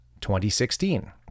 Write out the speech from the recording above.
2016